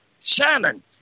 Shannon